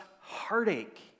heartache